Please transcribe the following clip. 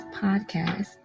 podcast